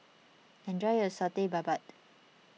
enjoy your Satay Babat